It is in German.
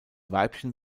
weibchen